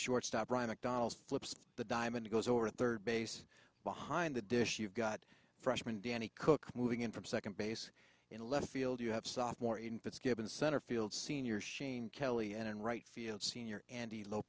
shortstop ryan mcdonald flips the diamond goes over at third base behind the dish you've got freshman danny cook moving in from second base in left field you have sophomore in it's given center field senior shane kelly and right field senior andy low